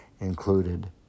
included